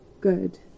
good